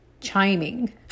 chiming